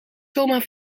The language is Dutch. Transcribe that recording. zomaar